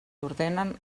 ordenen